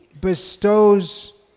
bestows